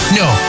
no